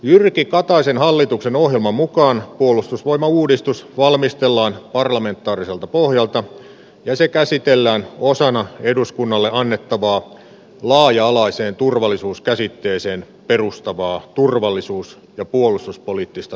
jyrki kataisen hallituksen ohjelman mukaan puolustusvoimauudistus valmistellaan parlamentaariselta pohjalta ja se käsitellään osana eduskunnalle annettavaan laaja alaiseen turvallisuuskäsitteeseen perustuvaa turvallisuus ja puolustuspoliittista